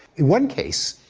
in one case,